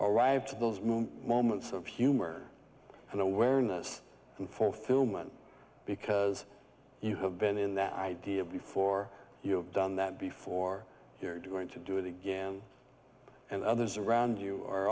arrive to those moon moments of humor and awareness and fulfillment because you have been in that idea before you have done that before you're doing to do it again and others around you are